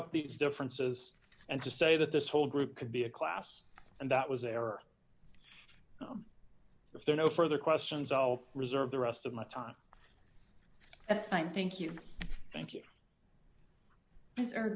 up these differences and to say that this whole group could be a class and that was there are if there are no further questions i'll reserve the rest of my time that's fine thank you thank you